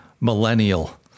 millennial